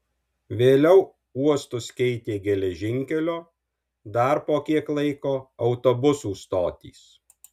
vėliau uostus keitė geležinkelio dar po kiek laiko autobusų stotys